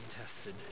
tested